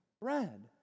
bread